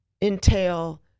entail